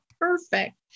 perfect